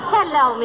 Hello